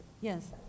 Yes